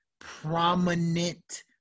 prominent